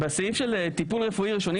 ראשוני,